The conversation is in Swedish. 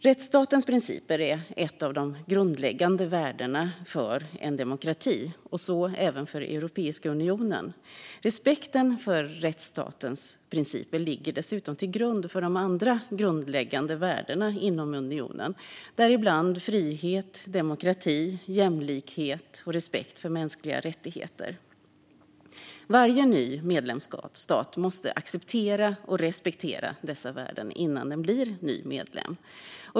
Rättsstatens principer är ett av de grundläggande värdena för en demokrati och även för Europeiska unionen. Respekten för rättsstatens principer ligger dessutom till grund för de andra grundläggande värdena inom unionen, däribland frihet, demokrati, jämlikhet och respekt för mänskliga rättigheter. Varje ny medlemsstat måste acceptera och respektera dessa värden innan den blir ny medlem.